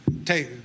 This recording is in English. take